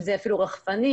אם זה אפילו רחפנים,